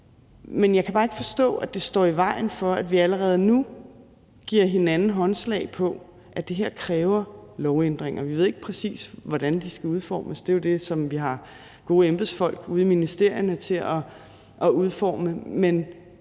men jeg kan bare ikke forstå, at det står i vejen for, at vi allerede nu giver hinanden håndslag på, at det her kræver lovændringer. Vi ved ikke, præcis hvordan de skal udformes – det er jo det, som vi har gode embedsfolk ude i ministerierne til at gøre